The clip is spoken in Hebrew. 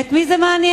ואת מי זה מעניין?